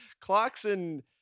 Clarkson